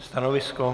Stanovisko?